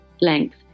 length